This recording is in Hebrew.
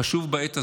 חשוב בעת הזו,